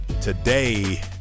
Today